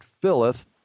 filleth